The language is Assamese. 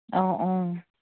অঁ অঁ